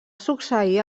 succeir